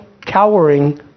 cowering